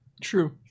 True